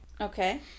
Okay